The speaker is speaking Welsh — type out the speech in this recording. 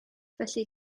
felly